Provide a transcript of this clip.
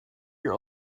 your